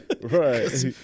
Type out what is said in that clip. right